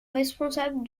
responsable